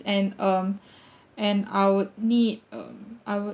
and um and I would need um I would